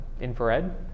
infrared